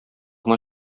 гына